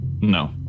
No